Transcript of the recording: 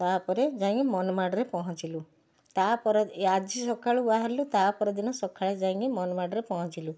ତାପରେ ଯାଇଁକି ମନମାଡ଼ ରେ ପହଞ୍ଚିଲୁ ତାପରେ ଆଜି ସକାଳୁ ବାହାରିଲୁ ତାପର ଦିନ ସଖାଳେ ଯାଇଁକି ମନମାଡ଼ରେ ପହଞ୍ଚିଲୁ